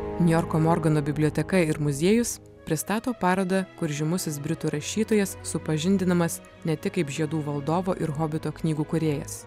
niujorko morgano biblioteka ir muziejus pristato parodą kur žymusis britų rašytojas supažindinamas ne tik kaip žiedų valdovo ir hobito knygų kūrėjas